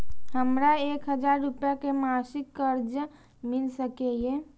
हमरा एक हजार रुपया के मासिक कर्जा मिल सकैये?